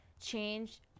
change –